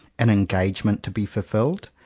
an engagement to be fulfilled,